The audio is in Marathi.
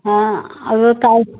हां अगं काल